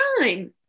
time